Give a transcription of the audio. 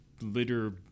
litter